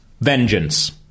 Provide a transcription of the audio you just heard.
Vengeance